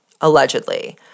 Allegedly